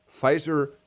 Pfizer